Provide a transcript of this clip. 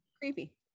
creepy